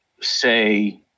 say